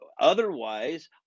otherwise